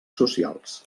socials